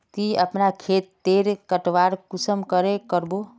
ती अपना खेत तेर बटवारा कुंसम करे करबो?